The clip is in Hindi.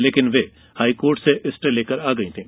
लेकिन वह हाईकोर्ट से स्टे लेकर आ गई थीं